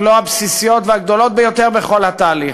אם לא הבסיסיות והגדולות ביותר בכל התהליך,